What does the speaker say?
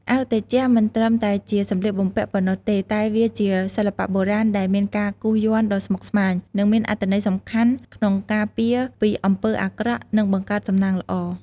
អាវតេជៈមិនត្រឹមតែជាសម្លៀកបំពាក់ប៉ុណ្ណោះទេ តែវាជាសិល្បៈបុរាណដែលមានការគូរយ័ន្តដ៏ស្មុគស្មាញ និងមានអត្ថន័យសំខាន់ក្នុងការពារពីអំពើអាក្រក់ និងបង្កើតសំណាងល្អ។